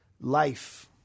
life